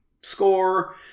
score